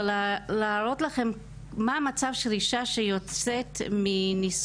אבל להראות לכם מה המצב של אישה שיוצאת מנישואים.